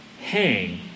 hang